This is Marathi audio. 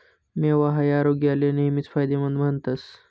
मेवा हाई आरोग्याले नेहमीच फायदेमंद मानतस